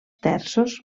terços